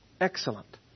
Excellent